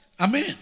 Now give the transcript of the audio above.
Amen